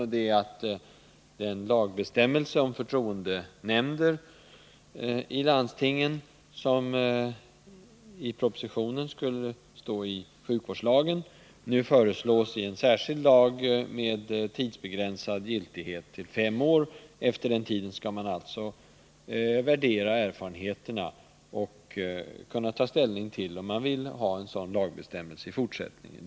Vi vill att den lagbestämmelse om förtroendenämnder i landstingen som i propositionen föreslås ingå i sjukvårdslagen skall finnas i en särskild lag med tidsbegränsad giltighet till fem år. Därefter skall man värdera erfarenheterna och ta ställning till om vi skall ha en sådan lagbestämmelse i fortsättningen.